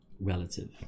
relative